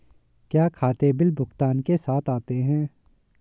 क्या खाते बिल भुगतान के साथ आते हैं?